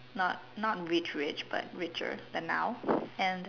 not not rich rich but richer than now and